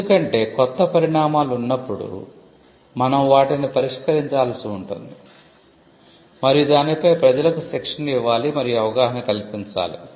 ఎందుకంటే కొత్త పరిణామాలు ఉన్నప్పుడు మనం వాటిని పరిష్కరించాల్సి ఉంటుంది మరియు దానిపై ప్రజలకు శిక్షణ ఇవ్వాలి మరియు అవగాహన కల్పించాలి